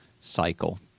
cycle